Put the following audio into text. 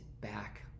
back